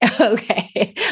Okay